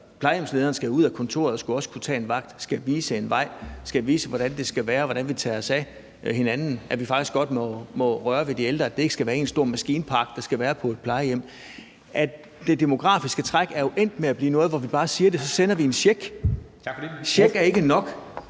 plejehjemslederen skal ud af kontoret og skal også kunne tage en vagt; plejehjemslederen skal vise en vej, skal vise, hvordan det skal være, og hvordan vi tager os af hinanden – at vi faktisk godt må røre ved de ældre, at det ikke skal være én stor maskinpark på et plejehjem. Det demografiske træk er jo endt med at blive noget, som vi bare taler om, og så sender vi en check. En check er ikke nok